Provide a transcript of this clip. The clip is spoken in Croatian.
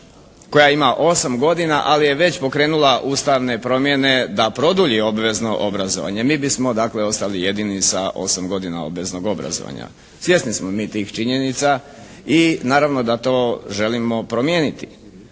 koja ima 8 godina ali je već pokrenula ustavne promjene da produlji obvezno obrazovanje. Mi bismo dakle ostali jedini sa 8 godina obveznog obrazovanja. Svjesni smo mi tih činjenica i naravno da to želimo promijeniti.